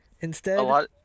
Instead-